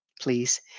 Please